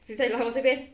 谁叫你来我这边